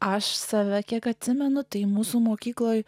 aš save kiek atsimenu tai mūsų mokykloje